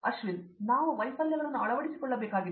ಅಶ್ವಿನ್ ನಾವು ವೈಫಲ್ಯಗಳನ್ನು ಅಳವಡಿಸಿಕೊಳ್ಳಬೇಕಾಗಿದೆ